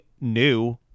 new